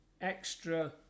extra